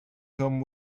come